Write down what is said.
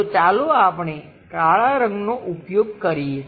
તો ચાલો આપણે કાળા રંગનો ઉપયોગ કરીએ